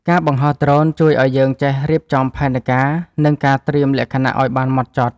ការបង្ហោះដ្រូនជួយឱ្យយើងចេះរៀបចំផែនការ និងការត្រៀមលក្ខណៈឱ្យបានហ្មត់ចត់។